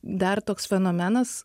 dar toks fenomenas